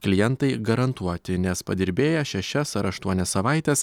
klientai garantuoti nes padirbėję šešias ar aštuonias savaites